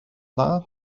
dda